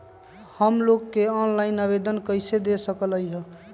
हम लोन के ऑनलाइन आवेदन कईसे दे सकलई ह?